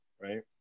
right